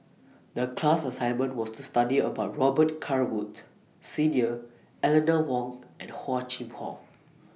The class assignment was to study about Robet Carr Woods Senior Eleanor Wong and Hor Chim Or